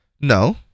No